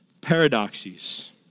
paradoxes